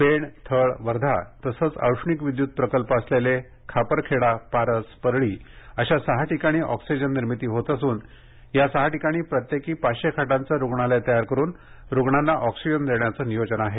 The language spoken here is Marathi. पेण थळ वर्धा तसंच औष्णिक विद्युत प्रकल्प असलेले खापरखेडा पारस परळी अशा सहा ठिकाणी ऑक्सिजन निर्मिती होत असून या सहा ठिकाणी प्रत्येकी पाचशे खाटांचं रुग्णालय तयार करून रुग्णांना ऑक्सिजन देण्याचं नियोजन आहे